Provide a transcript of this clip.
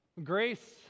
Grace